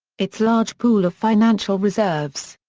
its large pool of financial reserves.